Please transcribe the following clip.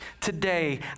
today